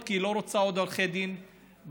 כי היא לא רוצה עוד עורכי דין במשק?